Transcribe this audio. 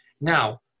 now